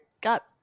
got